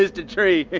just a tree.